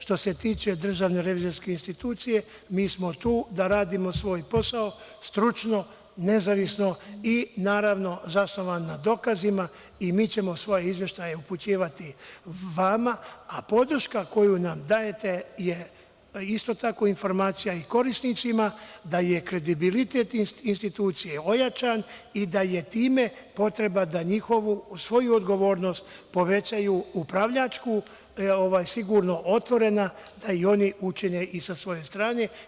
Što se tiče DRI, mi smo tu da radimo svoj posao stručno, nezavisno i, naravno, zasnovano na dokazima i mi ćemo svoje izveštaje upućivati vama, a podrška koju nam dajete je, isto tako, informacija i korisnicima, da je kredibilitet institucije ojačan i da je time potreba da njihovu, svoju odgovornost povećaju, upravljačku, sigurno otvorena da i oni učine i sa svoje strane.